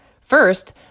First